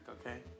okay